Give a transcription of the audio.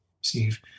Steve